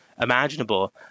Imaginable